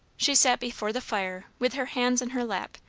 she sat before the fire with her hands in her lap,